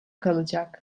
kalacak